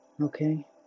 Okay